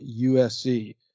USC